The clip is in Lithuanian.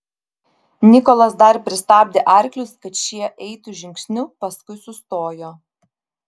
nikolas dar pristabdė arklius kad šie eitų žingsniu paskui sustojo